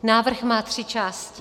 Návrh má tři části.